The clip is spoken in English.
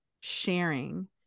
sharing